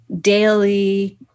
daily